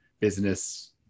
business